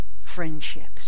friendships